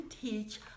teach